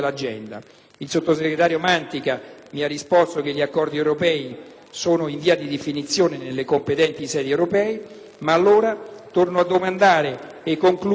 Il sottosegretario Mantica mi ha risposto che gli accordi europei sono in via di definizione nelle competenti sedi europee. Ma allora torno a domandare al Governo: